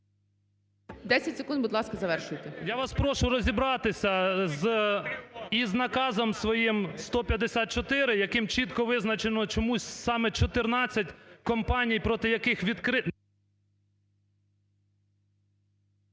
10 секунд, будь ласка, завершуйте.